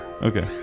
Okay